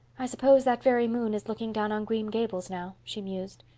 i suppose that very moon is looking down on green gables now, she mused.